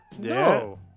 No